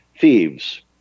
thieves